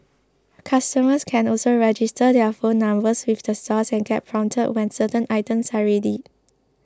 customers can also register their phone numbers with the stores and get prompted when certain items are ready